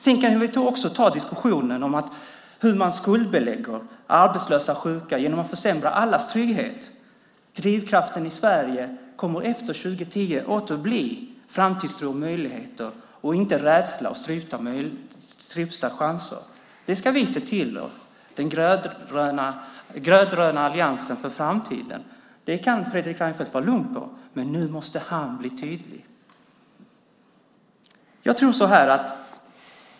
Vi kan också ta diskussionen om hur man skuldbelägger arbetslösa sjuka genom att försämra allas trygghet. Drivkraften i Sverige kommer efter 2010 att åter bli framtidstro och möjligheter - inte rädsla och strypta chanser. Det ska vi se till, den rödgröna alliansen för framtiden. Det kan Fredrik Reinfeldt vara lugn för. Men nu måste han bli tydlig.